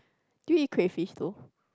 do you eat crayfish though